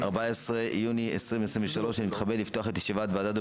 ה-14 ביוני 2023. אני מתכבד לפתוח את ישיבת הוועדה.